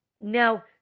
Now